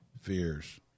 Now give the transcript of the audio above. fears